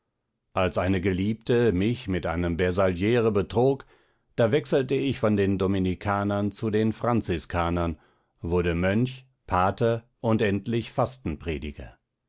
als eine geliebte mich mit einem bersagliere betrog da wechselte ich von den dominikanern zu den franziskanern wurde mönch pater und endlich